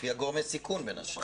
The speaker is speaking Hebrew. לפי גורמי הסיכון, בין השאר.